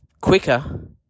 quicker